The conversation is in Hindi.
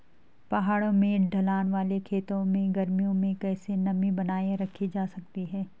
पहाड़ों में ढलान वाले खेतों में गर्मियों में कैसे नमी बनायी रखी जा सकती है?